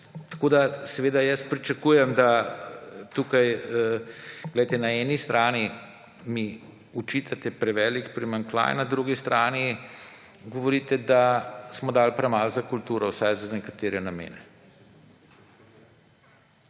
Seveda jaz pričakujem, da tukaj, glejte, na eni strani mi očitate prevelik primanjkljaj, na drugi strani govorite, da smo dali premalo za kulturo, vsaj za nekatere namene,